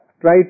Try